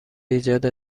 ایجاد